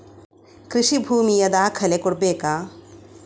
ಕೃಷಿ ಭೂಮಿಯ ದಾಖಲೆ ಕೊಡ್ಬೇಕಾ?